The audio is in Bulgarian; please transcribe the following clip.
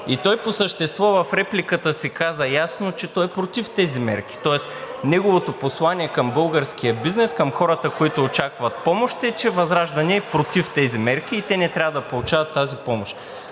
И той по същество в репликата си каза ясно, че е против тези мерки (шум, реплики и възгласи), тоест неговото послание към българския бизнес, към хората, които очакват помощи, е, че ВЪЗРАЖДАНЕ е против тези мерки и те не трябва да получават тази помощ.